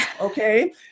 okay